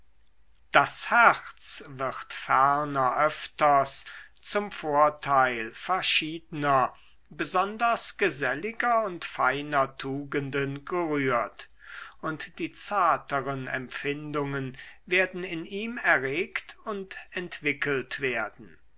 das herz wird ferner öfters zum vorteil verschiedener besonders geselliger und feiner tugenden gerührt und die zarteren empfindungen werden in ihm erregt und entwickelt werden